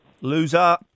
Loser